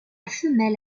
femelle